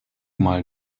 mal